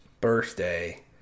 birthday